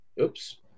oops